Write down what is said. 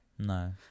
No